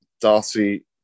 Darcy